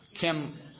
Kim